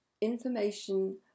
information